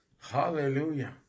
Hallelujah